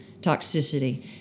toxicity